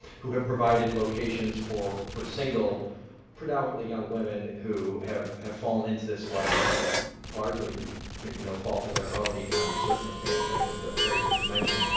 who have provided locations for for single predominantly young woman who have have fallen into this life largely through maybe no fault of their own, economic circumstances i think was the phrase that was mentioned.